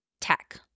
tech